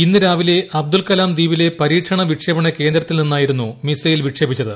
ഇന്ന് രാവിലെ അബ്ദുൾ കലാം ദ്വീപിലെ പരീക്ഷണ വിക്ഷേപണ കേന്ദ്രത്തിൽ നിന്നായിരുന്നു മിസൈൽ വിക്ഷേപിച്ചത്